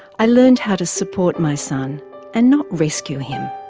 i learned how to support my son and not rescue him.